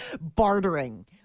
bartering